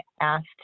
asked